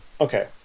Okay